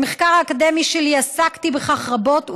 במחקר האקדמי שלי עסקתי בכך רבות,